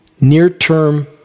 near-term